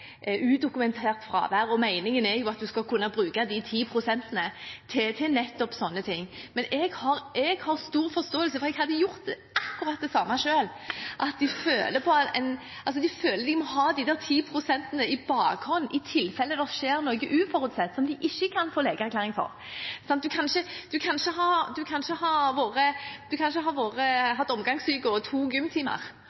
at man skal kunne bruke de 10 pst. til nettopp slike ting, men jeg har stor forståelse for dette, for jeg hadde gjort akkurat det samme selv. De føler de må ha de 10 pst. i bakhånd, i tilfelle det skjer noe uforutsett, som de ikke kan få legeerklæring for – man kan ikke ha